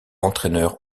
entraîneurs